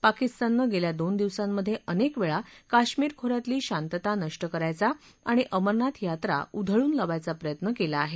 पाकिस्ताननं गेल्या दोन दिवसांमधे अनेकवेळा काश्मीर खो यातली शांतता नष्ट करायचा आणि अमरनाथ यात्रा उधळून लावायचा प्रयत्न केला आहे